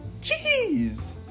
Jeez